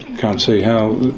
can't see how